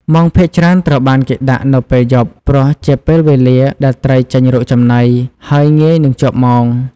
មងភាគច្រើនត្រូវបានគេដាក់នៅពេល យប់ ព្រោះជាពេលវេលាដែលត្រីចេញរកចំណី ហើយងាយនឹងជាប់មង។